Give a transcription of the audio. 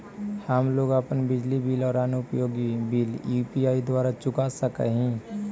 हम लोग अपन बिजली बिल और अन्य उपयोगि बिल यू.पी.आई द्वारा चुका सक ही